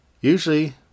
Usually